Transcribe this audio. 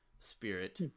Spirit